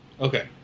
okay